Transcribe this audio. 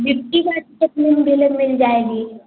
लिट्टी हमें कितने में मिले मिल जाएगी